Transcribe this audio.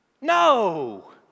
No